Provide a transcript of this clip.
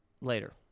Later